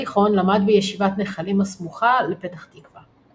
בתיכון למד בישיבת נחלים הסמוכה לפתח תקווה.